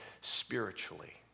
spiritually